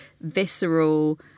visceral